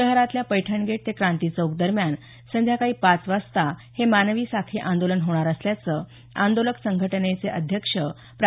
शहरातल्या पैठणगेट ते क्रांतीचौक दरम्यान संध्याकाळी पाच वाजता हे मानवी साखळी आंदोलन होणार असल्याचं आंदोलक संघटनेचे अध्यक्ष प्रा